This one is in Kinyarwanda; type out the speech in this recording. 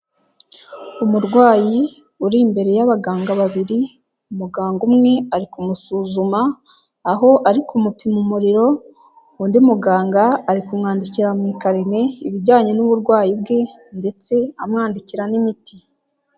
Umurwayi uri imbere y'abaganga babiri, umuganga umwe ari kumusuzuma, aho ariko kumupima umuriro, undi muganga ari kumwandikira mu ikarine ibijyanye n'uburwayi bwe ndetse amwandikira n'imiti.